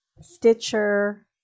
stitcher